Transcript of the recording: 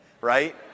right